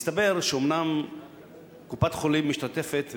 מסתבר שאומנם קופת-החולים משתתפת,